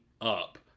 up